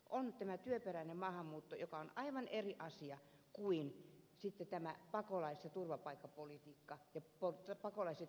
on työperäinen maahanmuutto joka on aivan eri asia kuin pakolais ja turvapaikkapolitiikka pakolaiset ja turvapaikanhakijat